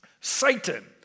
Satan